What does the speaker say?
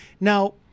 Now